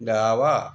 डावा